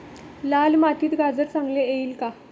लाल मातीत गाजर चांगले येईल का?